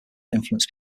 influence